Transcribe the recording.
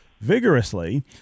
vigorously